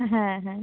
হ্যাঁ হ্যাঁ